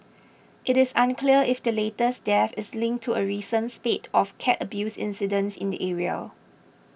it is unclear if the latest death is linked to a recent spate of cat abuse incidents in the area